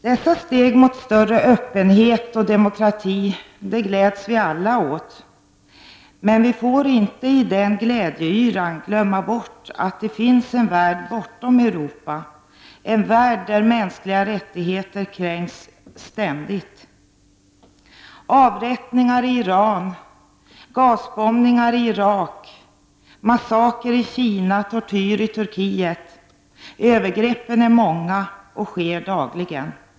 Dessa steg mot större öppenhet och demokrati gläds vi alla åt, men vi får inte i den glädjeyran glömma bort att det finns en värld bortom Europa, en värld där mänskliga rättigheter ständigt kränks. Avrättningar i Iran, gasbombningar i Irak, massaker i Kina, tortyr i Turkiet, — ja. övergreppen är många och sker dagligen.